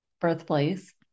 birthplace